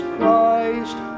Christ